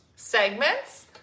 segments